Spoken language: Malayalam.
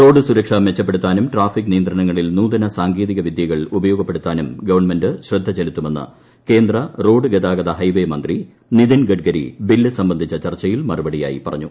റോഡ് സുരക്ഷ മെച്ചപ്പെടുത്താനും ട്രാഫിക് നിയന്ത്രണങ്ങളിൽ നൂതന സാങ്കേതിക വിദ്യകൾ ഉപയോഗപ്പെടുത്താനും ഗവൺമെന്റ് ശ്രദ്ധ ചെലുത്തുന്നുണ്ടെന്ന് കേന്ദ്ര റോഡ് ഗതാഗത ഹൈവേ മന്ത്രി നിതിൻ ഗഡ്കരി ബില്ല് സംബന്ധിച്ച ചർച്ചയിൽ മറുപടയായി പറഞ്ഞു